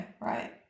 right